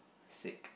sick